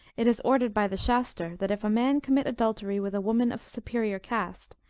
it is ordained by the shaster, that if a man commit adultery with a woman of a superior cast,